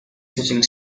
switching